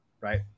Right